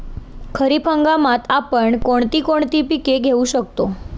खरीप हंगामात आपण कोणती कोणती पीक घेऊ शकतो?